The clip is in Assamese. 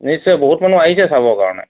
নেক্সট ইয়াৰ বহুত মানুহ আহিছে চাবৰ কাৰণে